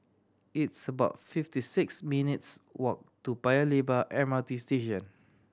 it's about fifty six minutes' walk to Paya Lebar M R T Station